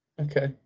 Okay